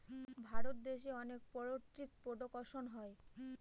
ভারত দেশে অনেক poultry production হয়